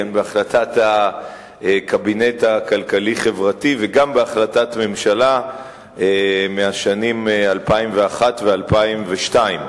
בהחלטת הקבינט הכלכלי-חברתי וגם בהחלטות ממשלה מהשנים 2001 ו-2002,